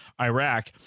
Iraq